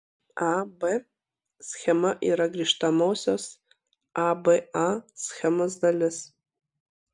a b schema yra grįžtamosios a b a schemos dalis